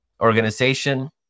organization